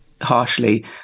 harshly